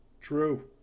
True